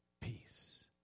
Peace